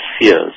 fears